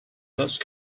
most